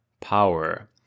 power